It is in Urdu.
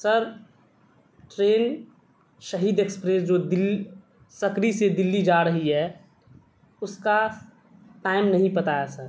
سر ٹرین شہید ایکسپریس جو سکری سے دلی جا رہی ہے اس کا ٹائم نہیں پتا یا سر